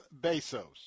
Bezos